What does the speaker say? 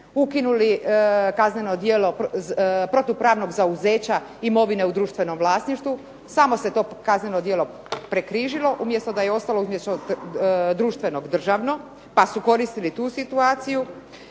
ukinuli kazneno djelo protupravnog zauzeća imovine u društvenom vlasništvu. Samo se to kazneno djelo prekrižilo umjesto da je ostalo umjesto društvenog državno pa su koristili tu situaciju.